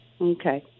Okay